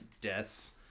deaths